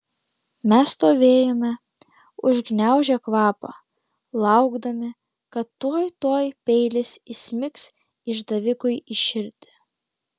mes stovėjome užgniaužę kvapą laukdami kad tuoj tuoj peilis įsmigs išdavikui į širdį